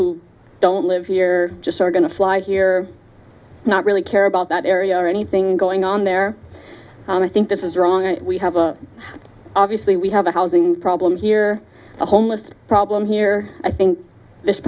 who don't live here just are going to fly here not really care about that area or anything going on there and i think this is wrong and we have a obviously we have a housing problem here a homeless problem here i think this